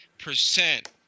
percent